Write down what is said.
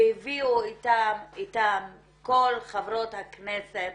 והביאו איתן את כל חברות הכנסת